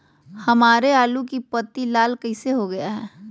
हमारे आलू की पत्ती लाल कैसे हो गया है?